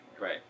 Right